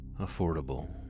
Affordable